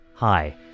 Hi